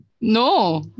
No